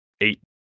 eight